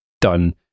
done